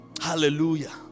hallelujah